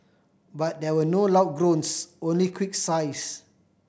but there were no loud groans only quick sighs